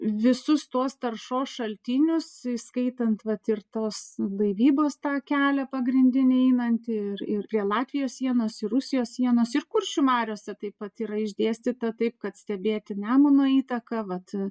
visus tos taršos šaltinius įskaitant vat ir tos laivybos tą kelią pagrindinį einantį ir ir prie latvijos sienos ir rusijos sienos ir kuršių mariose taip pat yra išdėstyta taip kad stebėti nemuno įtaką vat